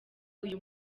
uyu